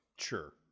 Sure